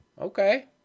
Okay